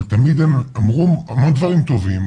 אבל אמרו דברים טובים,